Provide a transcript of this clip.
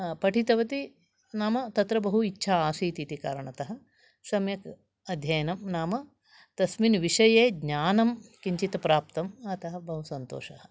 पठितवती नाम तत्र बहु इच्छा आसीत् इति कारणतः सम्यक् अध्यायनं नाम तस्मिन् विषये ज्ञानं किञ्चित् प्राप्तं अतः बहु सन्तोषः